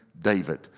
David